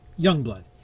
Youngblood